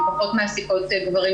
הן פחות מעסיקות גברים,